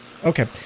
Okay